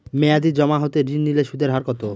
মেয়াদী জমা হতে ঋণ নিলে সুদের হার কত?